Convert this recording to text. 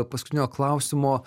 paskutinio klausimo